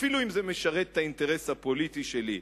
אפילו אם זה משרת את האינטרס הפוליטי שלי.